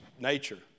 nature